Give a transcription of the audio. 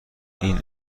این